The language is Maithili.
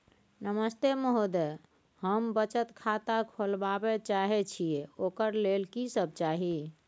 नमस्ते महोदय, हम बचत खाता खोलवाबै चाहे छिये, ओकर लेल की सब चाही?